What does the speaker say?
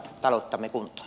arvoisa puhemies